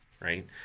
Right